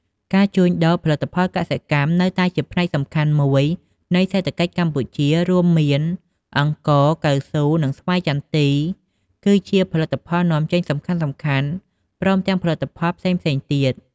ការជួញដូរ ផលិតផលកសិកម្ម នៅតែជាផ្នែកសំខាន់មួយនៃសេដ្ឋកិច្ចកម្ពុជារួមមានអង្ករ កៅស៊ូ និងស្វាយចន្ទីគឺជា ផលិតផលនាំចេញសំខាន់ៗព្រមទាំងផលិតផលផ្សេងៗទៀត។